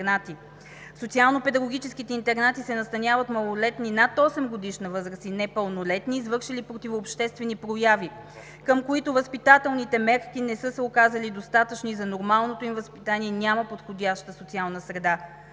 социално-педагогическите интернати се настаняват малолетни над 8-годишна възраст и непълнолетни, извършили противообществени прояви, към които възпитателните мерки не са се оказали достатъчни за нормалното им възпитание и няма подходяща социална среща.